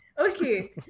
Okay